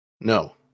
No